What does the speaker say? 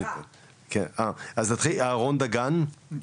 אהרון דגן,